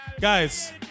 guys